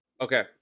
Okay